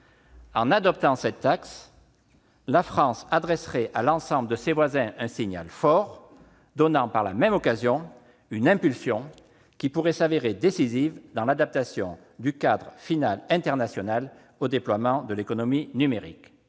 En adoptant cette taxe, la France adresserait à l'ensemble de ses voisins un signal fort, donnant par la même occasion une impulsion qui pourrait s'avérer décisive dans l'adaptation du cadre fiscal international au déploiement de l'économie numérique.